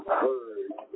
heard